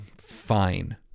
fine